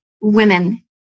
women